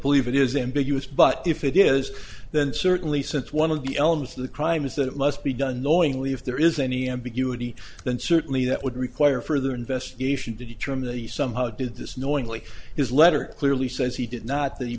believe it is ambiguous but if it is then certainly since one of the elements of the crime is that it must be done knowingly if there is any ambiguity then certainly that would require further investigation to determine the some how did this knowingly his letter clearly says he did not that he